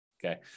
Okay